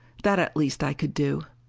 that at least i could do!